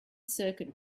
circuit